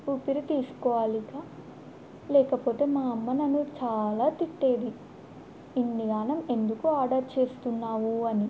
ఊపిరి తీసుకోవాలి ఐఏక లేకపోతే మా అమ్మ నన్ను చాలా తిట్టేది ఇన్నిఘనం ఎందుకు ఆర్డర్ చేస్తున్నావు అని